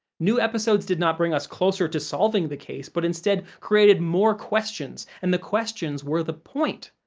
new episodes did not bring us closer to solving the case, but instead created more questions, and the questions were the point.